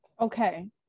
Okay